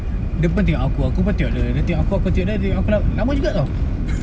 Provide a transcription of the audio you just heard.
dia pun tengok aku aku pun tengok dia dia tengok aku aku tengok dia aku nak lama juga [tau]